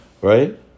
Right